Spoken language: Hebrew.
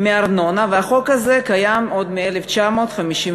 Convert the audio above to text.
החוק הזה קיים עוד מ-1953.